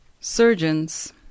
Surgeons